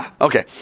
Okay